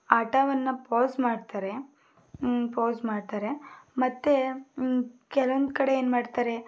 ಆಟವನ್ನು ಪಾಸ್ ಮಾಡ್ತಾರೆ ಪಾಸ್ ಮಾಡ್ತಾರೆ ಮತ್ತು ಕೆಲವೊಂದು ಕಡೆ ಏನ್ಮಾಡ್ತಾರೆ